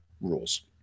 rules